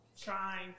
trying